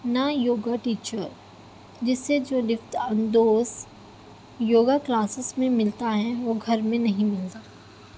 نہ یوگا ٹیچر جس سے جو لطف اندوز یوگا کلاسیس میں ملتا ہے وہ گھر میں نہیں ملتا